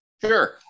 Sure